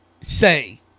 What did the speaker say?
say